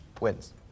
wins